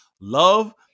love